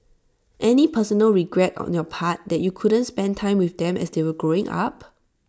any personal regrets on your part that you couldn't spend time with them as they were growing up